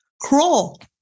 crawl